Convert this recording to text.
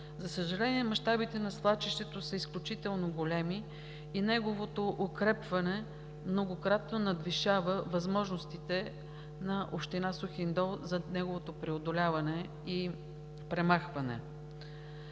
За съжаление, мащабите на свлачището са изключително големи и укрепването многократно надвишава възможностите на община Сухиндол за неговото преодоляване и премахване.